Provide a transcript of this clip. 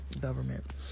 government